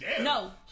No